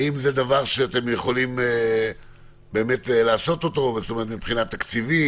האם זה דבר שאתם יכולים לעשות מבחינה תקציבית,